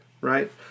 right